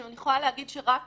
אני יכולה להגיד שרק